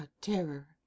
TERROR